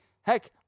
Heck